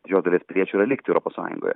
jo dalies piliečių yra likti europos sąjungoje